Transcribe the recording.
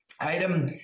Item